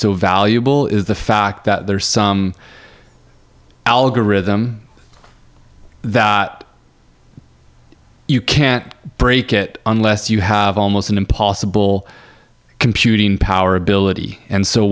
so valuable is the fact that there are some algorithm that you can't break it unless you have almost an impossible computing power ability and so